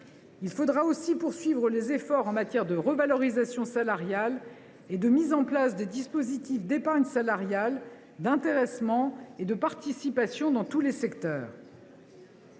Il faudra aussi poursuivre les efforts en matière de revalorisation salariale et de mise en place de dispositifs d’épargne salariale, d’intéressement et de participation dans tous les secteurs.